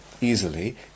easily